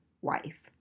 wife